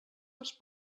als